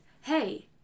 hey